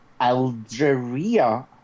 Algeria